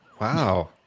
Wow